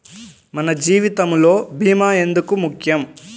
మన జీవితములో భీమా ఎందుకు ముఖ్యం?